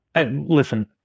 Listen